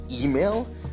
email